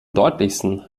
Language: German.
deutlichsten